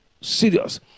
serious